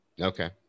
okay